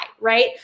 Right